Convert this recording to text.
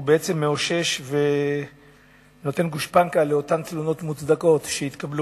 בעצם מאשש ונותן גושפנקה לאותן תלונות מוצדקות שהתקבלו.